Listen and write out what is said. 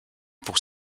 pour